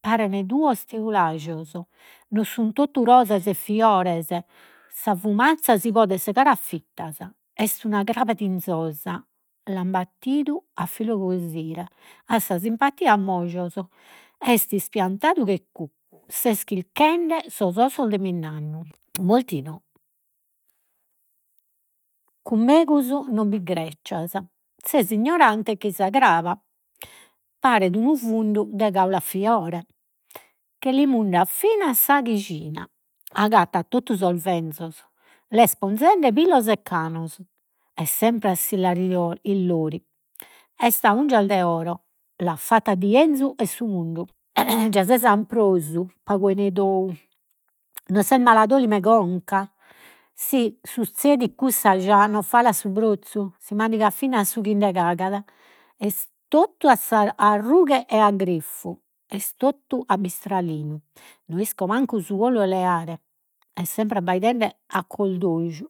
paren duos teulajos, non sun totu rosas e fiores, sa fumazza si podet segare a fittas. Est una craba tinzosa, l'an battidu a filu 'e cosire, at sa simpatia a moscios, est ispiantadu che cuccu. Ses chirchende sos ossos de minnannu cun megus no bi ses ignorante chei sa craba, paret unu fundu de caula a fiore. Che li mundat finas sa chijina, agattat totu sos l'est ponzende pilos e canos, est sempre a. Est a ungias de oro, l'at fattu a dienzu 'e su mundu. Gia ses amprosu, pagu 'ene tou. Non ses mala dolima 'e conca, si suzzedit cussu già nos falat su brozzu. Si mandigat finas su chi nde cagat, est totu a rughe e a grifu, est totu a bistralinu, no isco mancu su olu 'e leare. Est sempre abbaidende a.